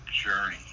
Journey